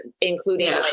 including